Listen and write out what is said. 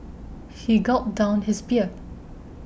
he gulped down his beer